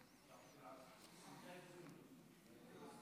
כבוד היושבת-ראש, אני